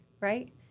right